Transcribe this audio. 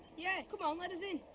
yeah. come on, let us in.